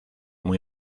muy